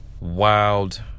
wild